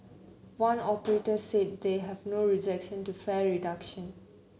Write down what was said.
one operator said they have no objection to fare reduction